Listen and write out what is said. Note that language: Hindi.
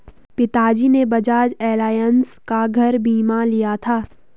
पिताजी ने बजाज एलायंस का घर बीमा लिया था